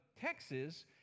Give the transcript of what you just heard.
Texas